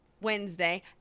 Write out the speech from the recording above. Wednesday